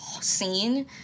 scene